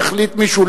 יחליט מישהו,